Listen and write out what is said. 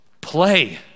play